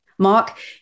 Mark